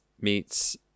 meets